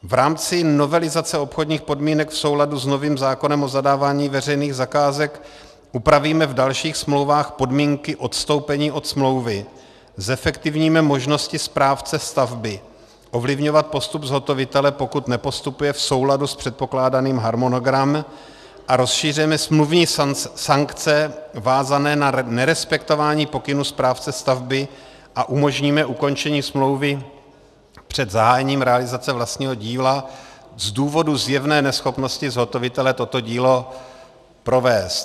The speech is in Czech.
V rámci novelizace obchodních podmínek v souladu s novým zákonem o zadávání veřejných zakázek upravíme v dalších smlouvách podmínky odstoupení od smlouvy, zefektivníme možnosti správce stavby ovlivňovat postup zhotovitele, pokud nepostupuje v souladu s předpokládaným harmonogramem, a rozšíříme smluvní sankce vázané na nerespektování pokynů správce stavby a umožníme ukončení smlouvy před zahájením realizace vlastního díla z důvodu zjevné neschopnosti zhotovitele toto dílo provést.